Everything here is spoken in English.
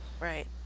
Right